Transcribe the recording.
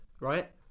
right